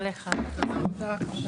הישיבה ננעלה